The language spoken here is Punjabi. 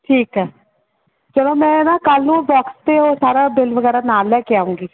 ਠੀਕ ਹੈ ਚੱਲੋ ਮੈਂ ਨਾ ਕੱਲ੍ਹ ਨੂੰ ਬਾਕਸ ਅਤੇ ਉਹ ਸਾਰਾ ਬਿੱਲ ਵਗੈਰਾ ਨਾਲ ਲੈ ਕੇ ਆਉਂਗੀ